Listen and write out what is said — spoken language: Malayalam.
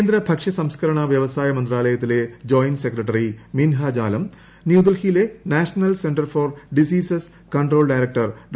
കേന്ദ്ര ഭക്ഷ്യസംസ്കരണ വൃവസായ മന്ത്രാലയത്തിലെ ജോയിന്റ് സെക്രട്ടറി മിൻഹാജ് ആലം ന്യൂഡൽഹിയിലെ national centre for disease control director Dr